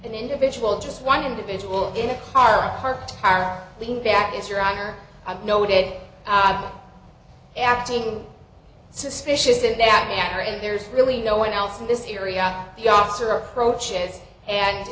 an individual just one individual in a car parked car leaning back as your honor i've noted acting suspicious in that manner and there's really no one else in this area the officer approaches and